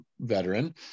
veteran